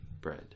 bread